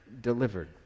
delivered